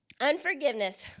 unforgiveness